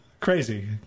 crazy